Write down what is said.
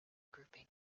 grouping